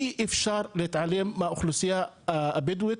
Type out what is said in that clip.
אי אפשר להתעלם מהאוכלוסייה הבדואית,